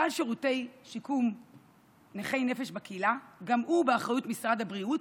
סל שירותי שיקום נכי נפש בקהילה גם הוא באחריות משרד הבריאות,